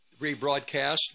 rebroadcast